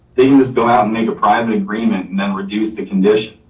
they can just go out and make a private agreement and then reduce the condition.